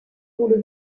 wurde